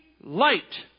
light